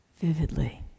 vividly